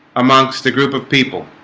amongst a group of people